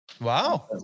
Wow